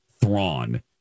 Thrawn